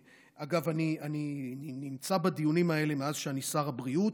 אגב, אני נמצא בדיונים האלה מאז שאני שר הבריאות,